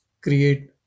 create